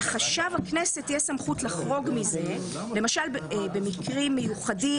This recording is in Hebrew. לחשב הכנסת יש סמכות לחרוג מזה במקרים מיוחדים,